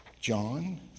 John